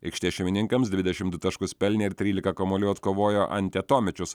aikštės šeimininkams dvidešimt du taškus pelnė ir trylika kamuolių atkovojo antetomičius